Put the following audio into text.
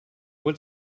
what